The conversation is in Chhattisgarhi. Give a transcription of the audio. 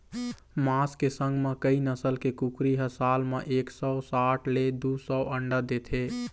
मांस के संग म कइ नसल के कुकरी ह साल म एक सौ साठ ले दू सौ अंडा देथे